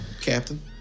Captain